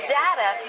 data